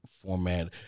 format